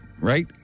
right